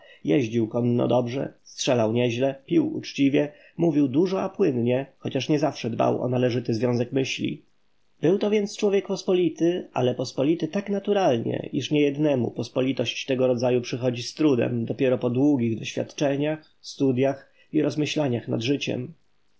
jeździł konno dobrze strzelał nieźle pił uczciwie mówił dużo i płynnie choć nie zawsze dbał o należyty związek myśli był to więc człowiek pospolity ale pospolity tak naturalnie iż niejednemu pospolitość tego rodzaju przychodzi z trudem dopiero po długich doświadczeniach studyach i rozmyślaniach nad życiem